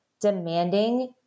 demanding